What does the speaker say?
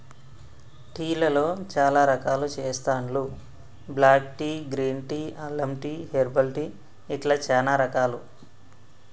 tea లలో చాల రకాలు చెస్తాండ్లు బ్లాక్ టీ, గ్రీన్ టీ, అల్లం టీ, హెర్బల్ టీ ఇట్లా చానా రకాలు